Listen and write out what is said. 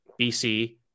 BC